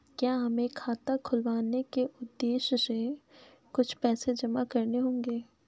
क्या हमें खाता खुलवाने के उद्देश्य से कुछ पैसे जमा करने होंगे?